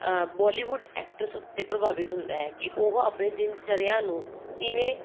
Bollywood actors ਉੱਤੇ ਪ੍ਰਭਾਵਿਤ ਹੁੰਦਾ ਹੈ ਕਿ ਉਹ ਆਪਣੇ ਦਿਨ ਚਰਿਆ ਨੂੰ ਕਿਵੇਂ